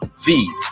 feed